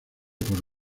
post